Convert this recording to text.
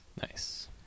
Nice